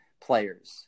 players